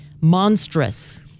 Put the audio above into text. monstrous